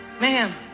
ma'am